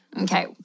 okay